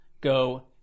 go